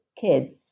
kids